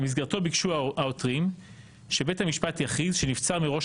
במסגרתו ביקשו העותרים שבית המשפט יכריז שנבצר מראש